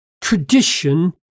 tradition